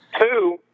two